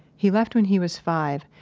he left when he was five,